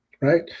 right